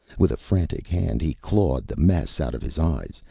with a frantic hand, he clawed the mess out of his eyes,